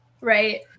Right